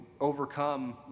overcome